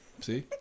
See